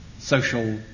social